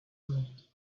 loved